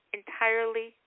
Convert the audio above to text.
entirely